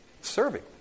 serving